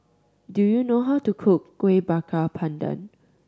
do you know how to cook Kuih Bakar Pandan